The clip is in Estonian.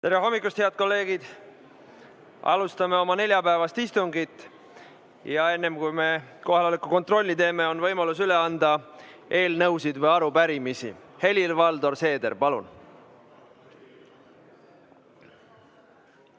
Tere hommikust, head kolleegid! Alustame oma neljapäevast istungit. Enne, kui me kohaloleku kontrolli teeme, on võimalus üle anda eelnõusid ja arupärimisi. Helir-Valdor Seeder, palun!